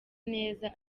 neza